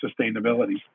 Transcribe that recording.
sustainability